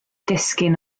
disgyn